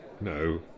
No